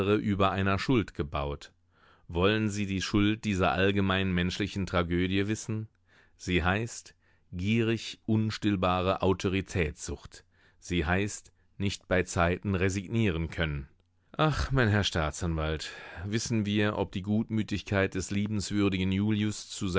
über einer schuld gebaut wollen sie die schuld dieser allgemeinen menschlichen tragödie wissen sie heißt gierig unstillbare autoritätssucht sie heißt nicht beizeiten resignieren können ach mein herr staatsanwalt wissen wir ob die gutmütigkeit des liebenswürdigen julius